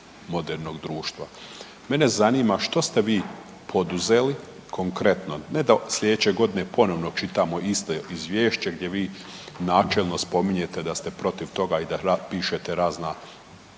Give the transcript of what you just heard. modernog društva. Mene zanima što ste vi poduzeli konkretno, ne da sljedeće godine ponovno čitamo isto izvješće gdje vi načelno spominjete da ste protiv toga i da pišete razna